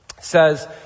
Says